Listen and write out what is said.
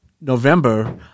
November